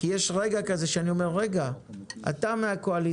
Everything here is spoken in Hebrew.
כי יש רגע שאני אומר: אתה מהקואליציה,